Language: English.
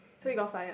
so you got fired